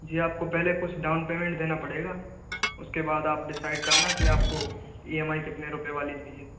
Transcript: जी आपको पहले कुछ डाउन पेमेंट देना पड़ेगा उसके बाद आप डिसाइड करना कि आपको ई एम आई कितने रुपए वाली चाहिए